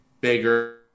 bigger